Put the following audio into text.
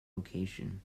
location